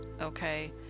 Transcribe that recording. okay